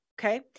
Okay